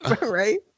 Right